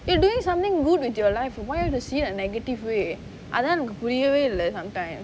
you are doing something good with your life why have to say a negative way I want to grill you leh sometimes